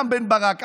רם בן ברק,